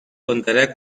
contará